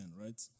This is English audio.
right